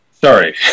Sorry